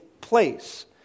place